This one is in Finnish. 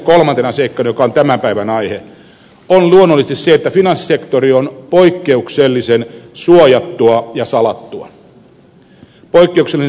kolmantena seikkana joka on tämän päivän aihe on luonnollisesti se että finanssisektori on poikkeuksellisen suojattua ja salattua poikkeuksellisen suojattua ja salattua